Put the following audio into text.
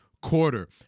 quarter